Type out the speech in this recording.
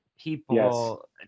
people